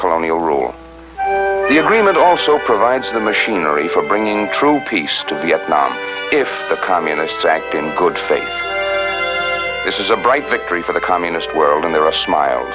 colonial rule the agreement also provides the machinery for bringing true peace to vietnam if the communists act in good faith this is a bright victory for the communist world and there are a smile